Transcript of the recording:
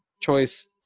choice